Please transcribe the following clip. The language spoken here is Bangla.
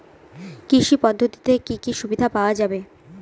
কৃষি পদ্ধতিতে কি কি সুবিধা পাওয়া যাবে?